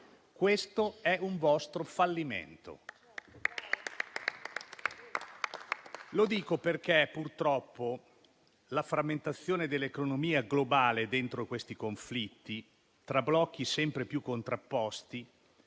Questo è un vostro fallimento. Lo dico perché purtroppo la frammentazione dell'economia globale dentro questi conflitti tra blocchi sempre più contrapposti